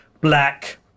black